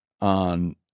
on